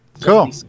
cool